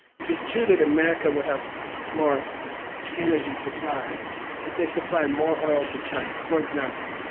if it's true that america will have more energy supplies if they supply more oil to china, for example.